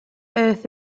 earth